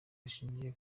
rishingiye